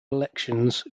elections